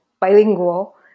bilingual